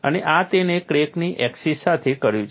અને આ તેણે ક્રેકની એક્સિસ સાથે કર્યું છે